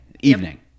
evening